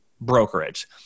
brokerage